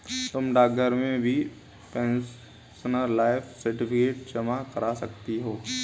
तुम डाकघर में भी पेंशनर लाइफ सर्टिफिकेट जमा करा सकती हो